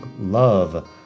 Love